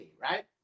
right